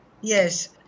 Yes